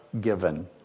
given